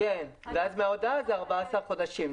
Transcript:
ההודעה, ומן ההודעה זה 14 חודשים.